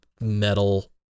metal